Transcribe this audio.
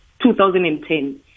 2010